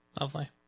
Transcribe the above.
Lovely